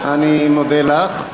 אני מודה לך.